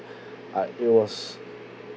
I it was